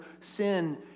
sin